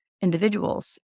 individuals